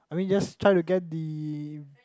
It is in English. I mean just try to get the